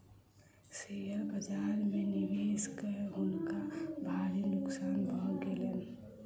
share बाजार में निवेश कय हुनका भारी नोकसान भ गेलैन